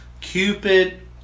Cupid